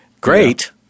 great